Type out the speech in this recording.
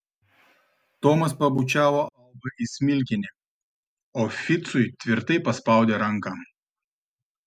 tomas pabučiavo albą į smilkinį o ficui tvirtai paspaudė ranką